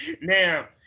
Now